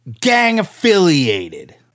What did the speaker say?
Gang-affiliated